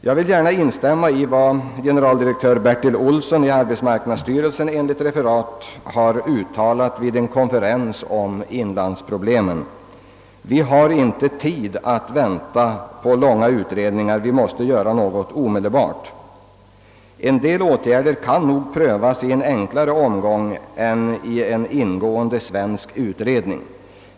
Jag vill gärna instämma i vad generaldirektör Bertil Olsson i arbetsmarknadsstyrelsen enligt referat uttalat vid en konferens om inlandsproblemen: » Vi har inte tid att vänta på långa utredningar, vi måste göra något omedelbart.» En del åtgärder kan nog prövas i en enklare omgång än i en ingående svensk utredning.